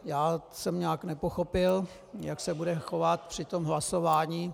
Já jsem nějak nepochopil, jak se bude chovat při hlasování.